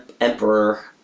emperor